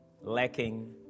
lacking